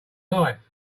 life